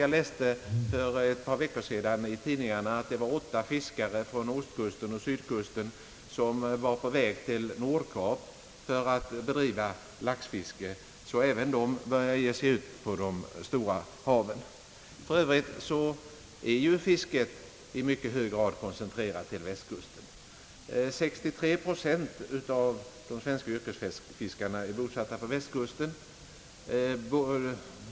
Jag läste för ett par veckor sedan i tidningarna att åtta fiskebåtar från ostoch sydkusten gått till Nordkap för att bedriva laxfiske; även de börjar ge sig ut på de stora haven. För övrigt är ju fisket i mycket hög grad koncentrerat till västkusten. Av de svenska yrkesfiskarna är 63 procent bosatta på västkusten.